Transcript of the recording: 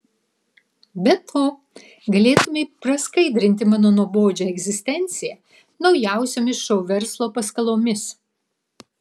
be to galėtumei praskaidrinti mano nuobodžią egzistenciją naujausiomis šou verslo paskalomis